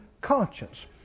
conscience